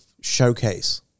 showcase